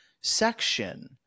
section